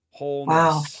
Wow